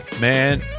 Man